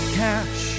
cash